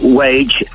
wage